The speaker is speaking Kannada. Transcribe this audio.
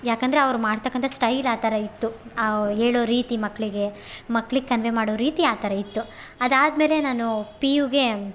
ಯಾಕೆಂದ್ರೆ ಅವ್ರು ಮಾಡ್ತಕ್ಕಂತ ಸ್ಟೈಲ್ ಆ ಥರ ಇತ್ತು ಅವ್ರು ಹೇಳೋ ರೀತಿ ಮಕ್ಕಳಿಗೆ ಮಕ್ಳಿಗೆ ಕನ್ವೆ ಮಾಡೋ ರೀತಿ ಆ ಥರ ಇತ್ತು ಅದಾದಮೇಲೆ ನಾನು ಪಿ ಯುಗೆ